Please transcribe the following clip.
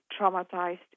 traumatized